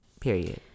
Period